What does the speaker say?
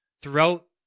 throughout